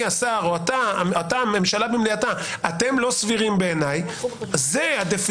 השר או אתה הממשלה במליאתה לא סבירים בעיניי הדפיציט